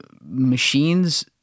machines